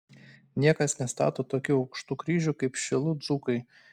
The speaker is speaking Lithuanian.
niekas nestato tokių aukštų kryžių kaip šilų dzūkai